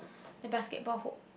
the basketball hoop